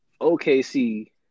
OKC